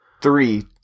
Three